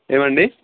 ఏమండి